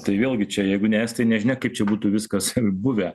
tai vėlgi čia jeigu ne estai nežinia kaip čia būtų viskas buvę